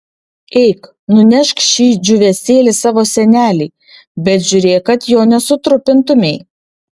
eik nunešk šį džiūvėsėlį savo senelei bet žiūrėk kad jo nesutrupintumei